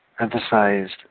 Emphasized